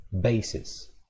basis